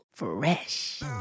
Fresh